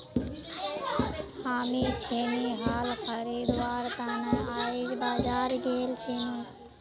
हामी छेनी हल खरीदवार त न आइज बाजार गेल छिनु